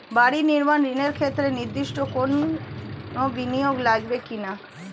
বাড়ি নির্মাণ ঋণের ক্ষেত্রে নির্দিষ্ট কোনো বিনিয়োগ লাগবে কি না?